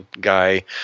guy